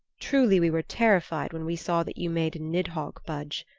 truly we were terrified when we saw that you made nidhogg budge.